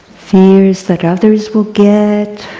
fears that others will get